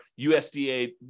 USDA